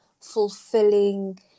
fulfilling